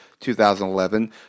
2011